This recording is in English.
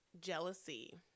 jealousy